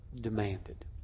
demanded